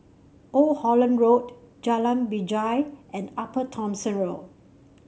Old Holland Road Jalan Binjai and Upper Thomson Road